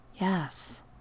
Yes